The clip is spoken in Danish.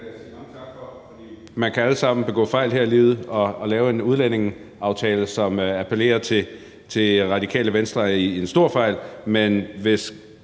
vi kan alle sammen begå fejl her i livet. At lave en udlændingeaftale, som appellerer til Radikale Venstre, er en stor fejl,